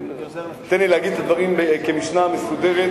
אז תן לי להגיד את הדברים כמשנה מסודרת.